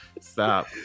Stop